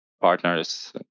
partners